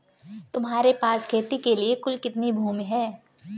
तुम्हारे पास खेती के लिए कुल कितनी भूमि है?